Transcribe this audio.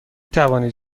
توانید